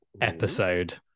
episode